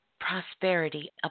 Prosperity